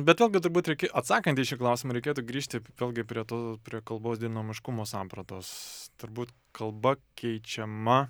be to gi turbūt reikė atsakant į šį klausimą reikėtų grįžti vėlgi prie to prie kalbos dinamiškumo sampratos turbūt kalba keičiama